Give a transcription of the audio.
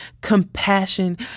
compassion